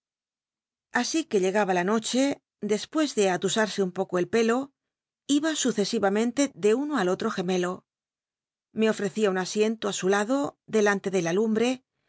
así que llegaba la noche de pues de atusar'sc un poco el pelo iba sucesi amcnte de uno al otro gemelo me ofrecía un asiento i su lado delante de la lumbre